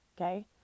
okay